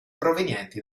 provenienti